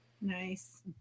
Nice